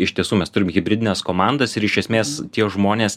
iš tiesų mes turim hibridines komandas ir iš esmės tie žmonės